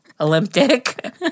Olympic